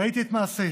ראיתי את מעשיהם,